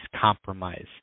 compromise